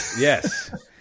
yes